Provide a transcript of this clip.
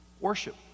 Worship